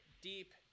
Deep